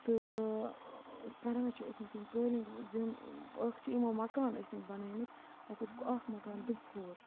تہٕ کَران چھِ ٲسۍمٕتۍ یِم قٲلیٖن زیُن اَکھ چھِ یِمو مَکان ٲسۍمٕتۍ بَنٲیمٕتۍ اَکھ اوسُکھ اَکھ مَکان دُپُہُر